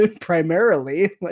primarily